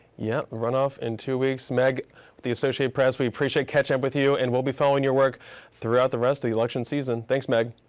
yeah runoff in two weeks. meg with the associate press, we appreciate catching up with you and we'll be following your work throughout the rest of the election season. thanks meg.